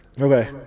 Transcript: Okay